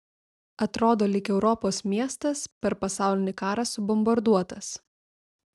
atrodo lyg europos miestas per pasaulinį karą subombarduotas